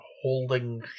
holding